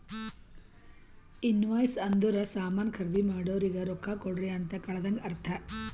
invoice ಅಂದುರ್ ಸಾಮಾನ್ ಖರ್ದಿ ಮಾಡೋರಿಗ ರೊಕ್ಕಾ ಕೊಡ್ರಿ ಅಂತ್ ಕಳದಂಗ ಅರ್ಥ